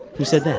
who said